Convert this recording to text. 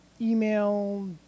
email